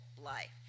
life